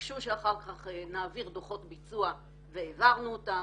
ביקשו שאחר כך נעביר דוחות ביצוע והעברנו אותם.